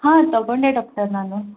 ಹಾಂ ತೊಗೊಂಡೆ ಡಾಕ್ಟರ್ ನಾನು